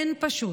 אין, פשוט.